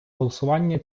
голосування